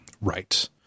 Right